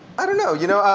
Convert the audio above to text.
i don't know. you know